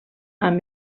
amb